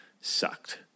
sucked